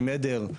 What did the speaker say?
עם עדר,